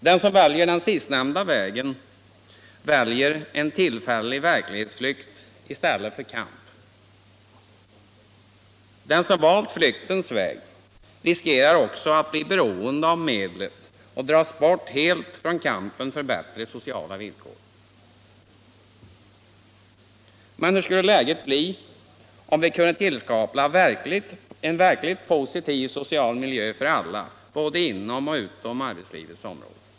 Den som väljer den sistnämnda vägen väljer en tillfällig verklighetsflykt i stället för kamp. Den som valt flyktens väg riskerar också att bli beroende av medlet och helt dras bort från kampen för bättre sociala villkor. Men hur skulle läget bli om vi kunde skapa en verkligt positiv social miljö för alla både inom och utom arbetslivets område?